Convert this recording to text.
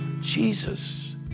Jesus